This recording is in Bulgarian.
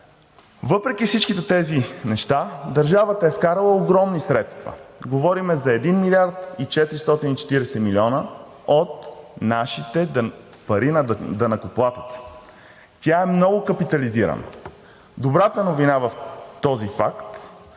Въпреки всичките тези неща държавата е вкарала огромни средства. Говорим за 1 млрд. 440 милиона от нашите пари, на данъкоплатеца. Тя е много капитализирана. Добрата новина в този факт